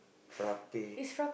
frappe